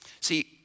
See